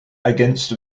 against